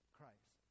Christ